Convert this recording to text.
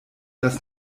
dass